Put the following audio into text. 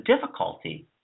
difficulty